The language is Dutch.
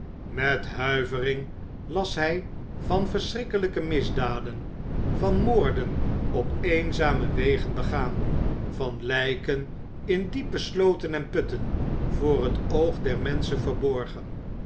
met huivering las hij van verschrikkelijke misdaden van moorden op eenzame wegen begaan van lijken in diepe slooten en putten voor het oog der menschen verborgen